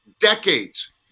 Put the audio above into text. decades